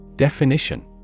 Definition